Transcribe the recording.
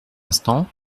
instant